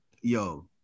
Yo